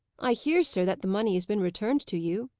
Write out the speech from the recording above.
i hear, sir, that the money has been returned to you.